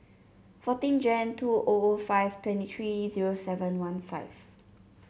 fourteen Jan two O O five twenty three zero seven one five